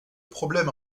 problème